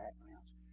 backgrounds